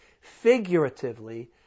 Figuratively